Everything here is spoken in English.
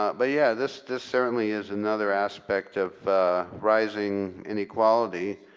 ah but yeah this this certainly is another aspect of rising inequality,